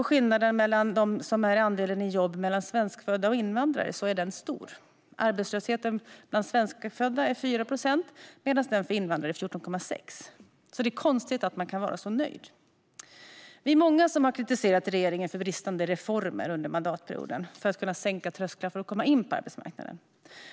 Skillnaden är stor mellan svenskfödda och invandrare vad gäller andelen som är i jobb: Arbetslösheten bland svenskfödda är 4 procent medan den för invandrare är 14,6 procent. Det är konstigt att man då kan vara så nöjd. Vi är många som har kritiserat regeringen för bristande reformer under mandatperioden för att sänka trösklarna för att komma in på arbetsmarknaden.